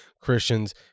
Christians